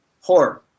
Horror